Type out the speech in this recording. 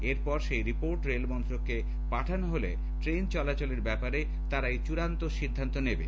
এরপরে সেই report rail মন্ত্রককে পাঠানো হলে ট্রেন চলাচলের ব্যাপারে তারাই চূড়ান্ত সিদ্ধান্ত নেবে